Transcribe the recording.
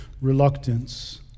reluctance